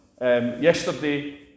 yesterday